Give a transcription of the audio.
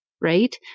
right